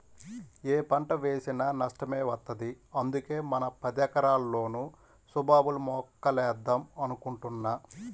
యే పంట వేసినా నష్టమే వత్తంది, అందుకే మన పదెకరాల్లోనూ సుబాబుల్ మొక్కలేద్దాం అనుకుంటున్నా